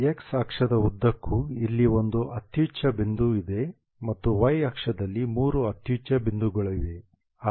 x ಅಕ್ಷದ ಉದ್ದಕ್ಕೂ ಇಲ್ಲಿ ಒಂದು ಅತ್ಯುಚ್ಛ ಬಿಂದು ಇದೆ ಮತ್ತು y ಅಕ್ಷದಲ್ಲಿ ಮೂರು ಅತ್ಯುಚ್ಛ ಬಿಂದುಗಳಿವೆ